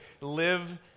live